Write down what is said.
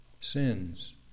sins